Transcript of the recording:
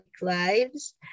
lives